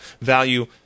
value